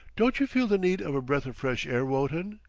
don't you feel the need of a breath of fresh air, wotton?